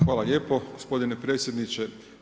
Hvala lijepo gospodine predsjedniče.